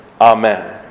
amen